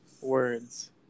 words